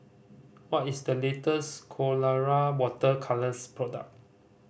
what is the latest Colora Water Colours product